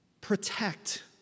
Protect